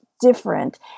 different